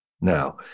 now